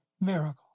miracle